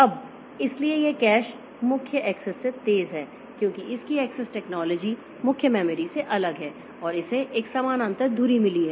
अब इसलिए यह कैश मुख्य एक्सेस से तेज है क्योंकि इसकी एक्सेस टेक्नोलॉजी मुख्य मेमोरी से अलग है और इसे एक समानांतर धुरी मिली है